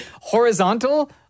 horizontal